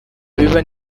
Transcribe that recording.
abiba